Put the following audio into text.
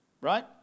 Right